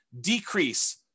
decrease